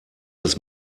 des